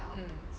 mm